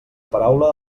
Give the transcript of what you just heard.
paraula